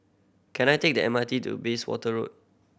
can I take the M R T to Bayswater Road